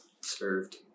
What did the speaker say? served